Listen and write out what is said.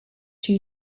two